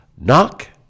Knock